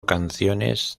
canciones